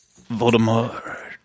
Voldemort